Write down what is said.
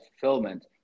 fulfillment